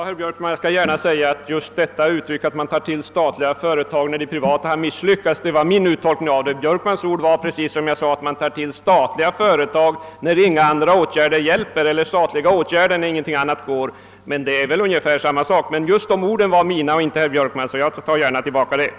Herr talman! Påståendet att man vill ta till statliga företag bara när de privata har misslyckats var min egen uttolkning. Herr Björkman sade att man tar till statliga företag eller statliga åtgärder när ingenting annat hjälper. Men det är väl ungefär samma sak. Just de ord som herr Björkman hade fäst sig vid var emellertid mina och inte herr Björkmans.